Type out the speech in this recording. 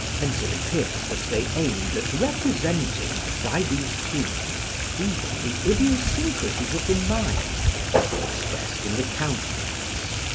whence it appears that they aimed at representing by these tunes even the idiosyncrasies of the mind as expressed in the countenance.